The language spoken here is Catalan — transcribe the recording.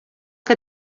que